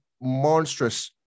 monstrous